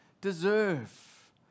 deserve